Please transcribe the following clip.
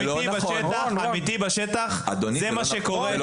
אמיתי בשטח זה מה שקורה.